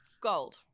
gold